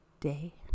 day